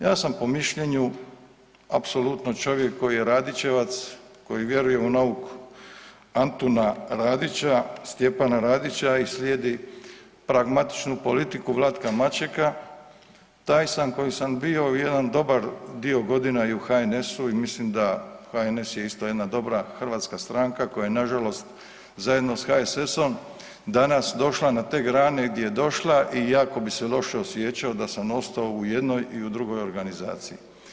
Ja sam po mišljenju, apsolutno čovjek koji je radićevac, koji vjeruje u nauk Antuna Radića, Stjepana Radića i slijedi pragmatičnu politiku Vladka Mačeka, taj sam koji sam bio jedan dobar dio godina i u HNS-u i mislim da HNS je isto jedna dobra hrvatska stranka koja je nažalost zajedno s HSS-om danas došla na te grane gdje je došla i jako bi se loše osjećao da sam ostao u jednoj i u drugoj organizaciji.